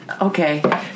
Okay